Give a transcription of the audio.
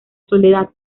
soledad